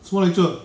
什么 lecture